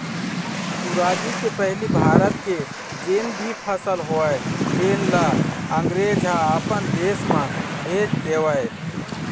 सुराजी के पहिली भारत के जेन भी फसल होवय तेन ल अंगरेज ह अपन देश म भेज देवय